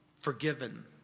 forgiven